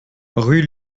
rue